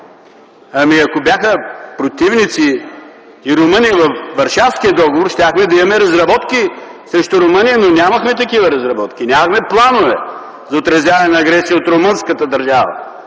Ами, ако бяха противници, и Румъния във Варшавския договор, щяхме да имаме разработки срещу Румъния, но нямахме такива разработки, нямахме планове за отразяване на агресия от румънската държава